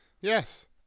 yes